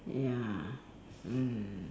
ya mm